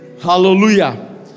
Hallelujah